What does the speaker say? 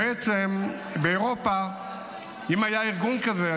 אם היה ארגון כזה באירופה,